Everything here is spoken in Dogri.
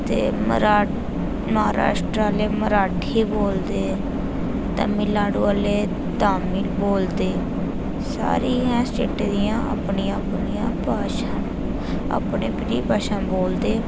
ते मराठ महाराश्ट्रा आह्ले मराठी बोलदे तमिलनाडु आह्ले तामिल बोलदे सारियें स्टेटें दियां अपनियां अपनियां भाशां न अपनी अपनी भाशां बोलदे